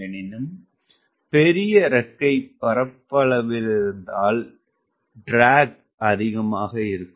எனினும் பெரிய இறக்கைப் பரப்பளவிருந்தால் இழுவை அதிகமாக இருக்கும்